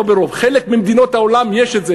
לא ברוב,